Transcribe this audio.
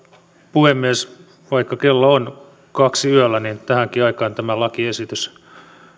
puhemies vaikka kello on kaksi yöllä niin tähänkin aikaan tämä lakiesitys